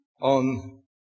on